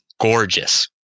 gorgeous